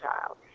child